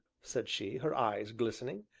said she, her eyes glistening,